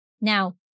Now